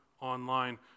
online